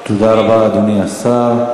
תודה רבה, אדוני השר.